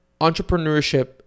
entrepreneurship